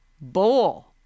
Bowl